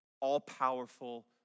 all-powerful